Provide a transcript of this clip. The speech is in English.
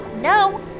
no